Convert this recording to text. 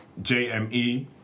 JME